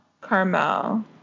Carmel